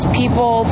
people